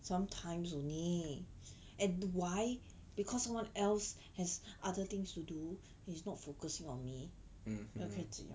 sometimes only and why because someone else has other things to do he's not focusing on me 不要跟你讲 liao